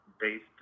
based